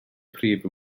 prif